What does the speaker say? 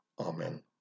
Amen